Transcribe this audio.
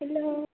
hello